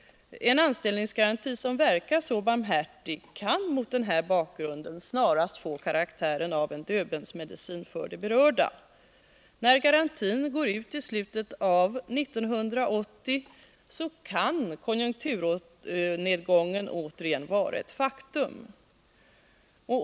En anställningsgaranti som verkar så barmhärtig kan mot den här bakgrunden snarast få karaktären av en Döbelnsmedicin för de berörda. När garantin går ut i slutet av 1980 kan konjunkturnedgången återigen vara ett faktum.